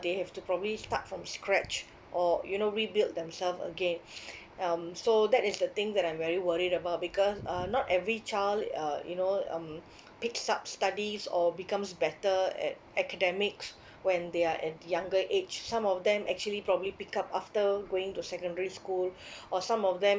they have to probably start from scratch or you know rebuild themselves again um so that is the thing that I'm very worried about because uh not every child uh you know um picks up studies or becomes better at academics when they are at younger age some of them actually probably pick up after going to secondary school or some of them